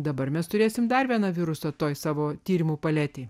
dabar mes turėsime dar vieną virusą toje savo tyrimu paletėje